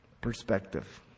Perspective